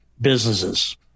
businesses